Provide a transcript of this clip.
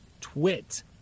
twit